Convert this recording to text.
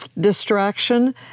distraction